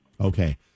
Okay